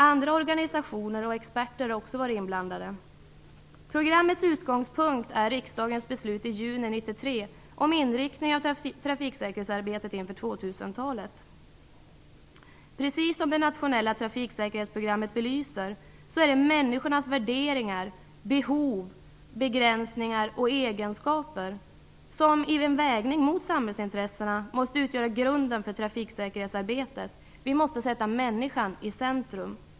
Andra organisationer och experter har också varit inblandade. Programmets utgångspunkt är riksdagens beslut i juni 1993 om inriktning av trafiksäkerhetsarbetet inför 2000-talet. Precis som det nationella trafiksäkerhetsprogrammet belyser, är det människornas värderingar, behov, begränsningar och egenskaper som vid en vägning mot samhällsintressena måste utgöra grunden för trafiksäkerhetsarbetet; vi måste sätta människan i centrum.